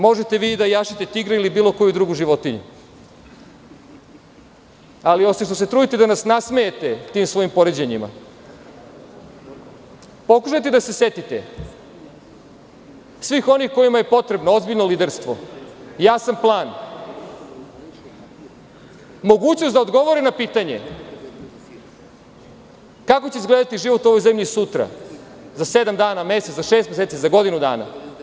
Možete vi da jašete tigra ili bilo koju drugu životinju, ali, osim što se trudite da nas nasmejete tim svojim poređenjima, pokušajte da se setite svih onih kojima je potrebno ozbiljno liderstvo, jasan plan, mogućnost da odgovore na pitanje kako će izgledati život u ovoj zemlji sutra, za sedam dana, za mesec dana, za šest meseci, za godinu dana.